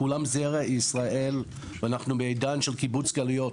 כולם זרע ישראל, ואנחנו בעידן של קיבוץ גלויות.